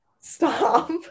stop